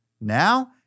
Now